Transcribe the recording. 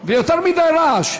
ויותר מדי רעש.